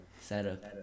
setup